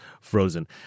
frozen